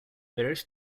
various